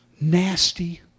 nasty